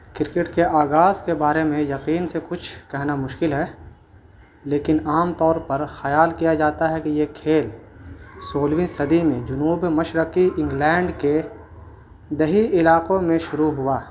cricket کے آگاز کے بارے میں یقین سے کچھ کہنا مشکل ہے لیکن عام طور پر خیال کیا جاتا ہے کہ یہ کھیل سولہویں صدی میں جنوب مشرقی انگلینڈ کے دیہی علاقوں میں شروع ہوا